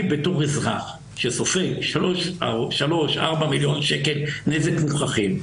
אני בתור אזרח שסופג 3 4 מיליון שקל נזק מוכחים,